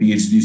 PhD